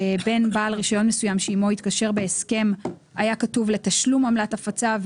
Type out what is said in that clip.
בין בעל רישיון מסוים שעימו התקשר בהסכם לתשלום עמלת הפצה".